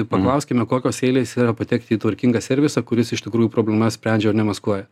paklauskime kokios eilės yra patekti į tvarkingą servisą kuris iš tikrųjų problemas sprendžia o ne maskuoja